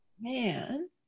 man